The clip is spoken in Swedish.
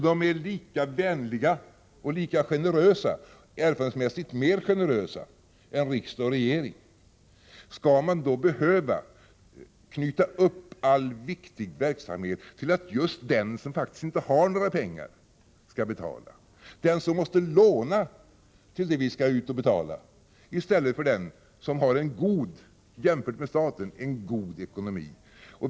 De är lika vänliga och lika generösa — ja, erfarenhetsmässigt mer generösa än riksdag och regering. Skall man då behöva knyta upp all viktig verksamhet till att just den skall betala som inte har några pengar, som måste låna till det han skall betala, i stället för den som har en jämfört med staten god ekonomi?